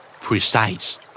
Precise